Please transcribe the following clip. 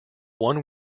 one